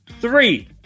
three